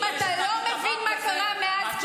אם אתה לא מבין מה קרה מאז,